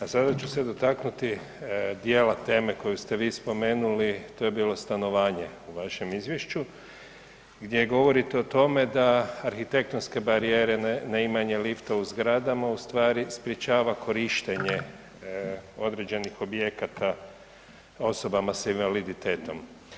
A sada ću se dotaknuti djela teme koji ste vi spomenuli, to je bilo stanovanje u vašem izvješću gdje govorite o tome da arhitektonske barijere, ne imanje lifta u zgradama ustvari sprječava korištenje određenih objekata osobama sa invaliditetom.